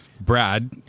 brad